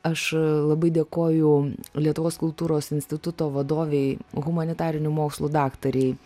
aš labai dėkoju lietuvos kultūros instituto vadovei humanitarinių mokslų daktarei